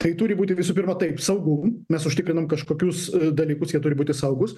tai turi būti visų pirma taip saugu mes užtikrinam kažkokius dalykus jie turi būti saugūs